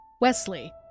Wesley